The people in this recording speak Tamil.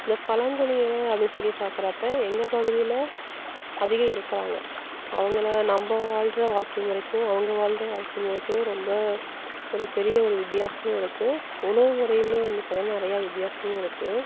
இந்த பழங்குடியினர் அப்படின்னு சொல்லி பார்க்குறப்ப எங்கள் பகுதியில அதிகம் இருக்கிறாங்க அவங்கள நம்ம வாழ்கிற வாழ்க்கை முறைக்கும் அவங்க வாழ்கிற வாழ்க்கை முறைக்கும் ரொம்ப ஒரு பெரிய ஒரு வித்தியாசமும் இருக்குது உணவு முறையுமே வந்து பார்த்தீனா நிறையா வித்தியாசமும் இருக்குது